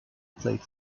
played